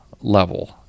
level